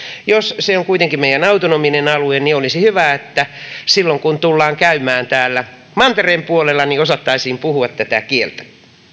jos se on kuitenkin meidän autonominen alueemme niin olisi hyvä että silloin kun tullaan käymään täällä mantereen puolella osattaisiin puhua tätä kieltä